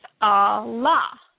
Allah